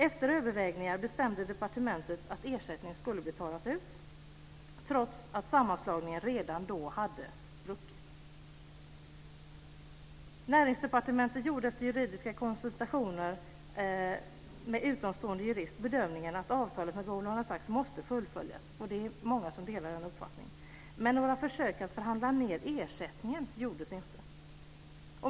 Efter övervägningar bestämde departementet att ersättning skulle betalas ut trots att sammanslagningen redan då hade spruckit. Näringsdepartementet gjorde efter juridiska konsultationer med en utomstående jurist bedömningen att avtal med Goldman Sachs måste fullföljas - det är många som delade den uppfattningen - men några försök att förhandla ned ersättningen gjordes inte.